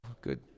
good